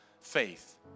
Faith